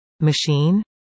machine